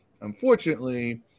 unfortunately